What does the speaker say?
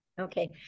Okay